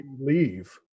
leave